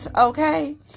okay